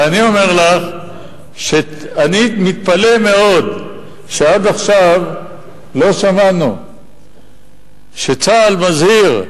ואני אומר לך שאני מתפלא מאוד שעד עכשיו לא שמענו שצה"ל מזהיר,